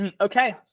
okay